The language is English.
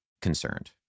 concerned